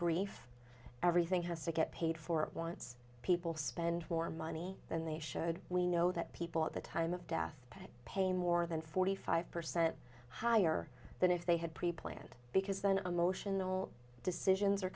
grief everything has to get paid for it once people spend more money than they should we know that people at the time of death pay more than forty five percent higher than if they had pre planned because then emotional decisions are